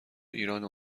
ایرانه